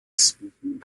speaking